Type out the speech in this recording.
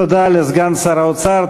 תודה לסגן שר האוצר.